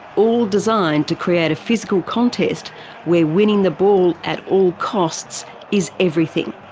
all designed to create a physical contest where winning the ball at all costs is everything.